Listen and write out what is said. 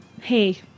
Hey